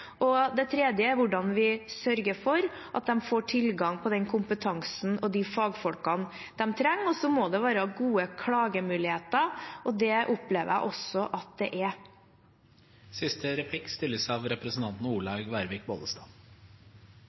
og det tredje er hvordan vi sørger for at de får tilgang på kompetansen og fagfolkene de trenger. Og så må det være gode klagemuligheter, og det opplever jeg også at det er.